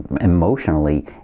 emotionally